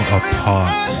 apart